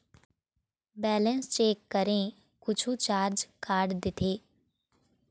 Balance check करें कुछू charge काट देथे?